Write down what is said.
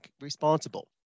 responsible